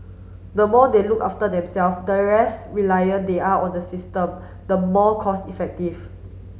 the more they look after themself the less reliant they are on the system the more cost effective